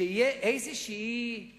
שיהיה איזה דבר,